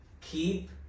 Keep